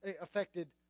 affected